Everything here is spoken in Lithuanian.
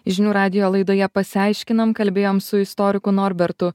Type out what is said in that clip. žinių radijo laidoje pasiaiškinam kalbėjom su istoriku norbertu